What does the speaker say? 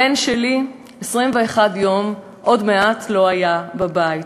הבן שלי, 21 יום, עוד מעט, לא היה בבית.